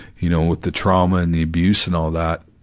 you know, with the trauma and the abuse and all that,